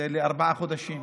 זה לארבעה חודשים,